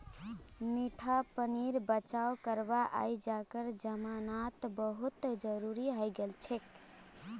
मीठा पानीर बचाव करवा अइजकार जमानात बहुत जरूरी हैं गेलछेक